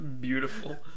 Beautiful